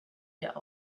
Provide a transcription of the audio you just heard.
der